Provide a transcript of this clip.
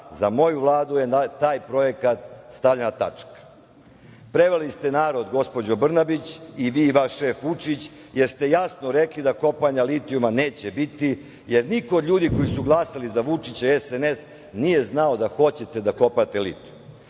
za moju Vladu je na taj projekat stavljena tačka“.Prevarili ste narod, gospođo Brnabić, i vi i vaš šef Vučić, jer ste jasno rekli da kopanja litijuma neće biti, jer niko od ljudi koji su glasali za Vučića i SNS nije znao da hoćete da kopate litijum. Vaša